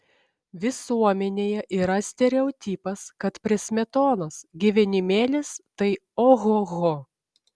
visuomenėje yra stereotipas kad prie smetonos gyvenimėlis tai ohoho